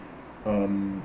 um